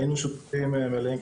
היינו שותפים מלאים,